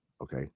okay